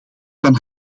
van